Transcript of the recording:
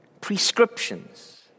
prescriptions